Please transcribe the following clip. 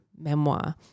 memoir